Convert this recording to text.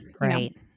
right